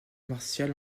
martial